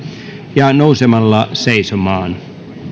ja nousemalla seisomaan